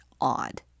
odd